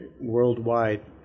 worldwide